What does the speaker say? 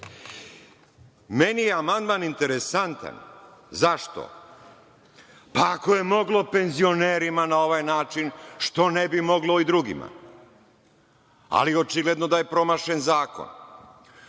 meni je amandman interesantan. Zašto? Pa, ako je moglo penzionerima na ovaj način, što ne bi moglo i drugima. Ali, očigledno da je promašen zakon.U